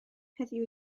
heddiw